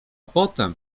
potem